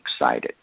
excited